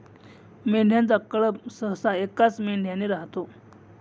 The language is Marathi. मेंढ्यांचा कळप सहसा एकाच मेंढ्याने राहतो